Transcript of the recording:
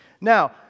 Now